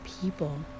people